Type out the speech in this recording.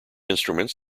instruments